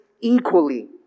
equally